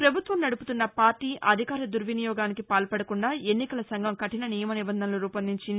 ప్రభుత్వం నడుపుతున్న పార్టీ అధికార దుర్వినియోగానికి పాల్పడకుండా ఎన్నికల సంఘం కఠిన నియమ నిబంధనలు రూపొందించింది